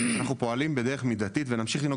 אנחנו פועלים בדרך מידתית ונמשיך לנהוג